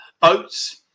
boats